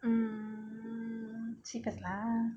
mm see first lah